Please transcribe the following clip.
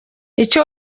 icyo